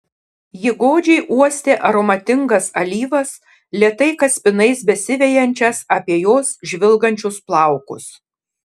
ji godžiai uostė aromatingas alyvas lėtai kaspinais besivejančias apie jos žvilgančius plaukus